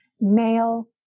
male